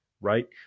right